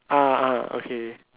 ah ah okay